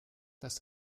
das